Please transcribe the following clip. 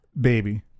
Baby